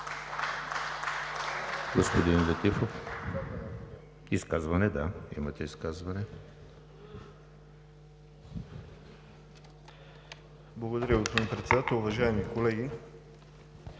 Благодаря, господин Председател. Уважаеми колеги,